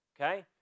okay